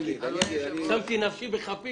שמתי נפשי בכפי